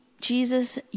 Jesus